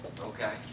Okay